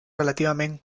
relativament